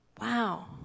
Wow